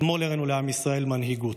אתמול הראינו לעם ישראל מנהיגות.